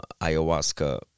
ayahuasca